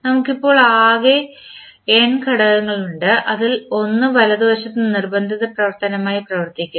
നമുക്ക് ഇപ്പോൾ ആകെ n ഘടകങ്ങൾ ഉണ്ട് അതിൽ ഒന്ന് വലതുവശത്ത് നിർബന്ധിത പ്രവർത്തനമായി പ്രവർത്തിക്കുന്നു